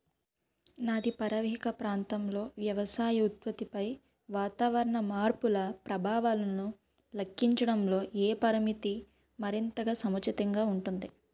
నదీ పరీవాహక ప్రాంతంలో వ్యవసాయ ఉత్పత్తిపై వాతావరణ మార్పుల ప్రభావాలను లెక్కించడంలో ఏ పరామితి మరింత సముచితంగా ఉంటుంది?